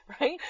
right